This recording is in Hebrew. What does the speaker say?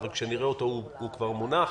אבל כשנראה אותו הוא כבר מונח.